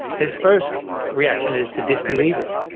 his first reaction is to disbelieve it,